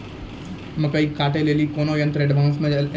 मकई कांटे ले ली कोनो यंत्र एडवांस मे अल छ?